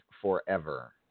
forever